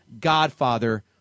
Godfather